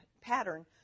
pattern